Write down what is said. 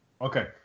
Okay